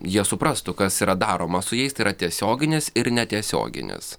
jie suprastų kas yra daroma su jais tai yra tiesioginis ir netiesioginis